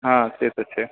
हँ से तऽ छै